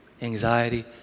anxiety